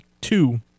two